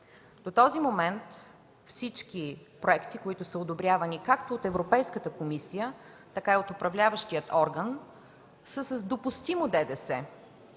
До този момент всички проекти, които са одобрявани – както от Европейската комисия, така и от управляващия орган, са с допустимо ДДС,